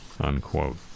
unquote